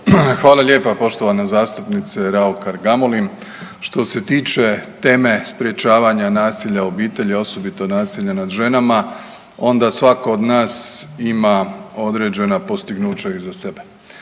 Hvala lijepa poštovana zastupnice Raukar Gamulin. Što se tiče teme sprječavanja nasilja u obitelji, a osobito nasilja nad ženama onda svako od nas ima određena postignuća iza sebe.